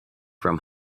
from